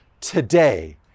today